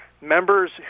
members